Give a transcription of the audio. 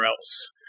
else